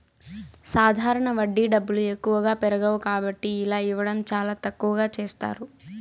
సాధారణ వడ్డీ డబ్బులు ఎక్కువగా పెరగవు కాబట్టి ఇలా ఇవ్వడం చాలా తక్కువగా చేస్తారు